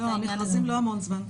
לא, המכרזים לא המון זמן.